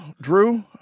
Drew